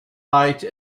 late